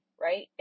right